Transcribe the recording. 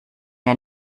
mir